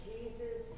Jesus